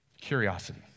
Curiosity